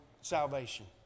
salvation